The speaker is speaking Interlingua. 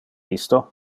isto